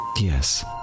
Yes